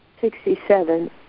Sixty-seven